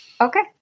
Okay